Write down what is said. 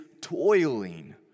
toiling